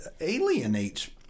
alienates